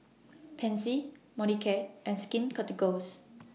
Pansy Molicare and Skin Ceuticals